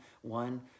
one